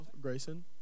Grayson